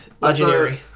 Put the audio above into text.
legendary